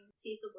Teeth